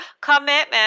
commitment